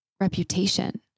reputation